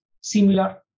similar